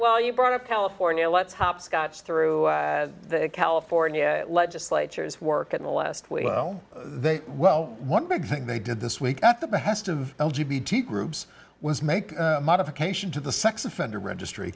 well you brought up california let's hopscotch through the california legislature is work at the last well they well one big thing they did this week at the behest of groups was make modification to the sex offender registry